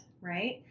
right